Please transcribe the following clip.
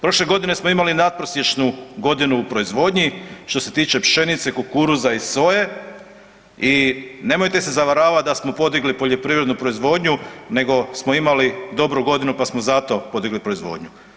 Prošle godine smo imali natprosječnu godinu u proizvodnji što se tiče pšenice, kukuruza i soje i nemojte se zavaravati da smo podigli poljoprivrednu proizvodnju nego smo imali dobru godinu pa smo zato podigli proizvodnju.